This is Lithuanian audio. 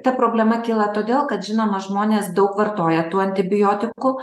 ta problema kyla todėl kad žinoma žmonės daug vartoja tų antibiotikų